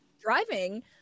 driving